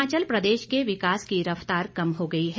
हिमाचल प्रदेश के विकास की रफ्तार कम हो गई है